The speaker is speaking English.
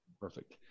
Perfect